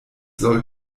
soll